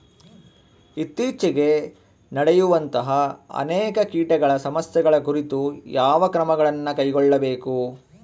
ಇತ್ತೇಚಿಗೆ ನಡೆಯುವಂತಹ ಅನೇಕ ಕೇಟಗಳ ಸಮಸ್ಯೆಗಳ ಕುರಿತು ಯಾವ ಕ್ರಮಗಳನ್ನು ಕೈಗೊಳ್ಳಬೇಕು?